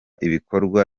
ibikorwa